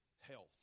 health